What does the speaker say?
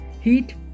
heat